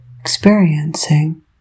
experiencing